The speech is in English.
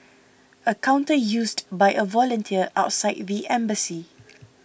a counter used by a volunteer outside the embassy